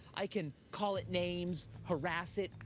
i can call it names, harass it,